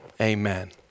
Amen